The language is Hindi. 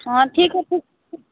हाँ ठीक है ठीक है